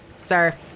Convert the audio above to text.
sir